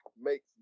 makes